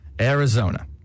Arizona